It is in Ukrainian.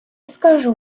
скажу